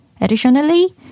Additionally